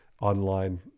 online